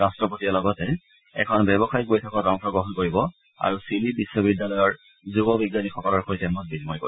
ৰাট্টপতিয়ে লগতে এখন ব্যৱসায়িক বৈঠকত অংশগ্ৰহণ কৰিব আৰু ছিলি বিধ্ববিদ্যালয়ৰ যুৱ বিজ্ঞানীসকলৰ সৈতে মত বিনিময় কৰিব